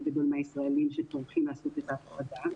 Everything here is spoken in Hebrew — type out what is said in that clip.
גדול מהישראלים שטורחים לעשות את ההפרדה.